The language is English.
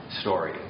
story